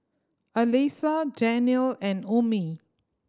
Alyssa Daniel and Ummi